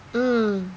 mm